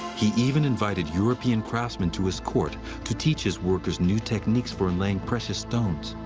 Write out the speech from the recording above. he even invited european craftsmen to his court to teach his workers new techniques for and laying precious stones.